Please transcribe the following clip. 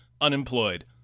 unemployed